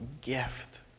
gift